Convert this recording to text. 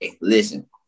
listen